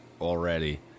already